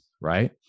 right